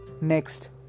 Next